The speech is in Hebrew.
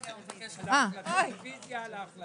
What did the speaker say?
אני מבקש רביזיה על ההחלטה.